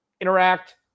interact